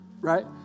Right